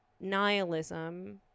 nihilism